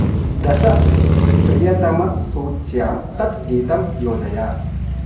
दशप्रियतमसूच्यां तत् गीतं योजय